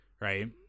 Right